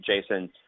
Jason